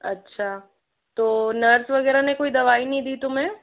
अच्छा तो नर्स वगैरह ने कोई दवाई नहीं दी तुम्हें